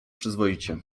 przyzwoicie